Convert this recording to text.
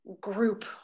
group